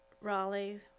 Raleigh